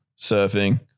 surfing